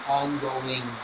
ongoing